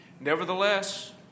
Nevertheless